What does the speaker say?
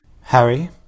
harry